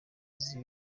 izi